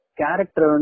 character